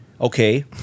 okay